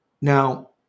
Now